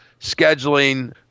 scheduling